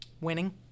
winning